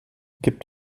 gibt